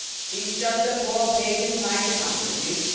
she's just a poor pagan trying to comfort you.